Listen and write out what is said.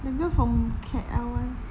that girl from K_L [one]